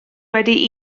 wedi